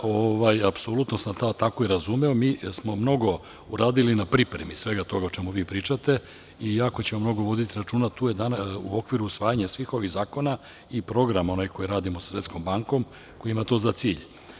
Apsolutno sam to tako i razumeo, mi jesmo mnogo toga uradili na pripremi svega toga o čemu vi pričate i jako ćemo mnogo voditi računa u okviru usvajanja svih ovih zakona i programa, one koje radimo sa svetskom bankom, koji imaju to za cilj.